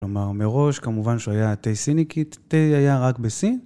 כלומר, מראש כמובן שהוא היה תה סיני, כי תה היה רק בסין.